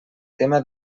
tema